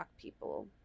people